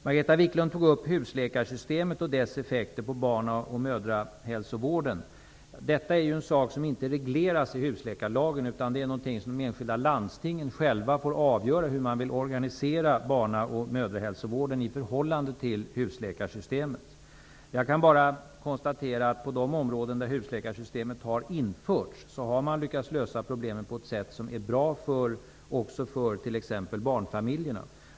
Margareta Viklund tog upp frågan om husläkarsystemet och dess effekter på barna och mödrahälsovården. Men detta är en sak som inte regleras i husläkarlagen, utan de enskilda landstingen får själva avgöra hur de vill organisera barna och mödrahälsovården i förhållande till husläkarsystemet. Jag kan bara konstatera att man i de områden där husläkarsystemet införts har lyckats lösa problemen på ett bra sätt, också för t.ex. barnfamiljerna.